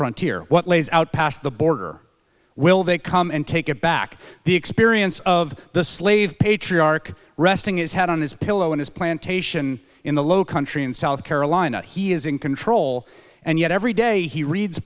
frontier what lays out past the border will they come and take it back the experience of the slave patriarch resting his head on his pillow in his plantation in the low country in south carolina he is in control and yet every day he reads